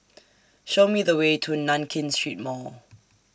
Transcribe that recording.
Show Me The Way to Nankin Street Mall